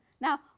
Now